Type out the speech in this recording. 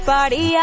Party